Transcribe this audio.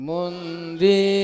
Mundi